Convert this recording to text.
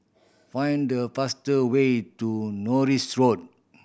find the fast way to Norris Road